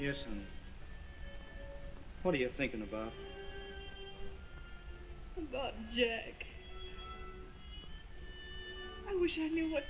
yes and what are you thinking about i wish i knew what